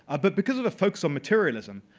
ah but because of the focus on materialism,